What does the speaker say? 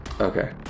Okay